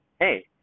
Hey